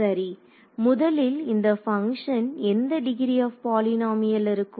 சரி முதலில் இந்த பங்க்ஷன் எந்த டிகிரி ஆப் பாலினாமியலில் இருக்கும்